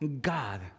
God